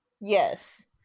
Yes